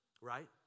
right